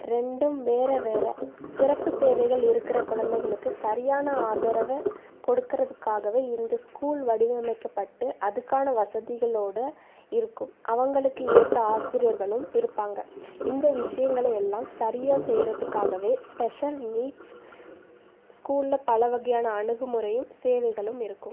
ரெண்டும் வேறு வேறு சிறப்பு தேவைகள் இருக்கிற குழந்தைங்களுக்கு சரியான ஆதரவை கொடுக்கிறதுக்காகவே இந்த ஸ்கூல் வடிவமைக்கப்பட்டு அதுக்கான வசதிகளோடு இருக்கும் அவங்களுக்கு ஏற்ற ஆசிரியர்களும் இருப்பாங்க இந்த விஷயங்களை எல்லாம் சரியாக செய்கிறதுக்காகவே ஸ்பெஷல் நீட்ஸ் ஸ்கூலில் பல வகையான அணுகுமுறையும் சேவைகளும் இருக்கும்